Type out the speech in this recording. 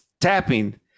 tapping